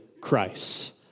Christ